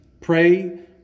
Pray